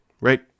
right